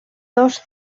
dos